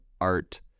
art